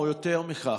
או יותר מכך,